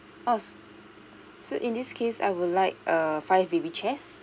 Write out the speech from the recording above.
oh so in this case I would like err five baby chairs